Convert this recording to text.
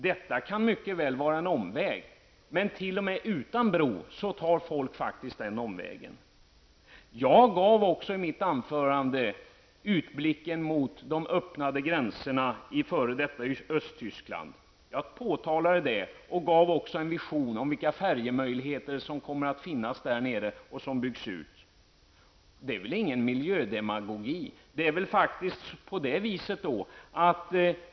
Detta kan mycket väl vara en omväg, men även utan bro tar folk denna omväg. I mitt anförande gav jag utblicken mot de öppnade gränserna till det f.d. Östtyskland. Jag gav också en vision om vilka möjligheter till färjeförbindelser som kan finnas och som kan byggas ut. Det är väl ingen miljödemagogi.